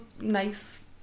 nice